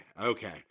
Okay